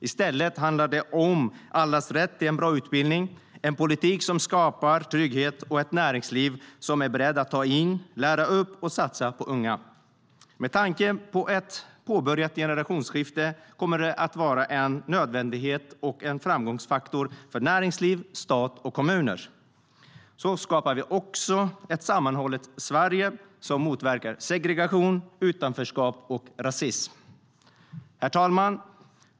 I stället handlar det om allas rätt till en bra utbildning, en politik som skapar trygghet och ett näringsliv som är berett att ta in, lära upp och satsa på unga. Med tanke på ett påbörjat generationsskifte kommer detta att vara en nödvändighet och en framgångsfaktor för näringsliv, stat och kommuner. Så skapar vi också ett sammanhållet Sverige som motverkar segregation, utanförskap och rasism. Herr talman!